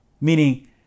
meaning